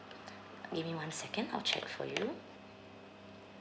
give me one second I'll check for you